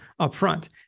upfront